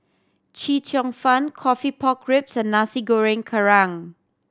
Chee Cheong Fun coffee pork ribs and Nasi Goreng Kerang